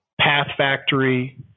PathFactory